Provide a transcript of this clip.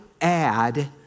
add